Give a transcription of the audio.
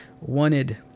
wanted